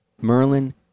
Merlin